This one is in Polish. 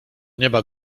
nieba